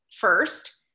first